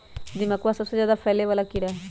दीमकवा सबसे ज्यादा फैले वाला कीड़ा हई